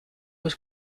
was